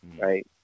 right